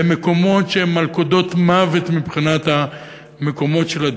במקומות שהם מלכודות מוות מבחינת דיור.